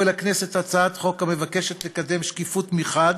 לכנסת הצעת חוק המבקשת לקדם שקיפות מחד,